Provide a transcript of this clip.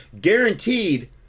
Guaranteed